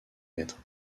mètres